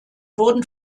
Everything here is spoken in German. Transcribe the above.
wurden